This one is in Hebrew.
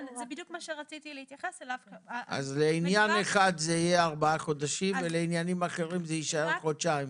אז לעניין אחד זה יהיה ארבעה חודשים ולעניינים אחרים זה יישאר חודשיים.